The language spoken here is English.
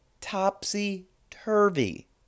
Topsy-turvy